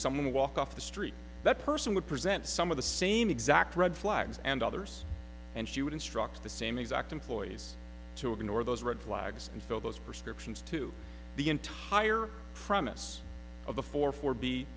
someone walk off the street that person would present some of the same exact red flags and others and she would instruct the same exact employees to ignore those red flags and fill those prescriptions to the entire promise of a four four b